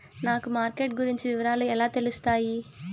నాకు మార్కెట్ గురించి వివరాలు ఎలా తెలుస్తాయి?